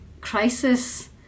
crisis